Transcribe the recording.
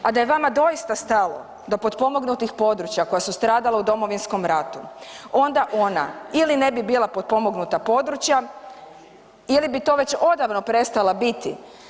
A da je vama doista stalo do potpomognutih područja koja su stradala u Domovinskom ratu, onda ona ili ne bi bila potpomognuta područja, ili bi to već odavno prestala biti.